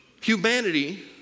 humanity